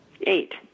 Eight